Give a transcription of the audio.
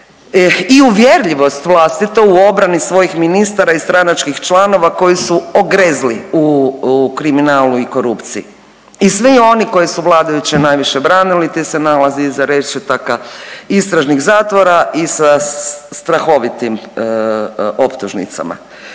i uvjerljivost vlastitu u obrani svojih ministara i stranačkih članova koji su ogrezli u kriminalu i korupciji. I svi oni koji su vladajuće najviše branili ti se nalaze iza rešetaka istražnih zatvora i sa strahovitim optužnicama.